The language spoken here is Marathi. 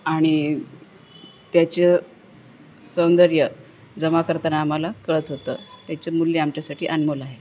आणि त्याचं सौंदर्य जमा करताना आम्हाला कळत होतं त्याचं मूल्य आमच्यासाठी अनमोल आहे